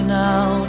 now